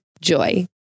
JOY